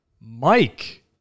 Mike